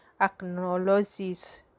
acknowledges